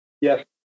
Yes